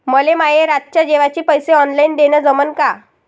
मले माये रातच्या जेवाचे पैसे ऑनलाईन देणं जमन का?